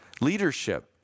Leadership